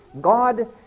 God